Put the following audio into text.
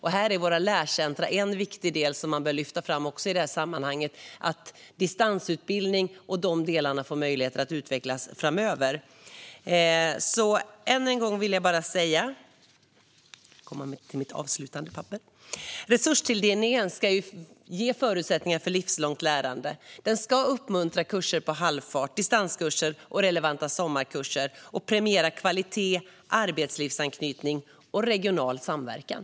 Här är våra lärcenter en viktig del som man bör lyfta fram också i detta sammanhang så att distansutbildning och dessa delar får möjlighet att utvecklas framöver. Än en gång vill jag säga att resurstilldelningen ska ge förutsättningar för livslångt lärande, uppmuntra kurser på halvfart, distanskurser och relevanta sommarkurser samt premiera kvalitet, arbetslivsanknytning och regional samverkan.